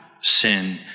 sin